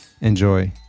enjoy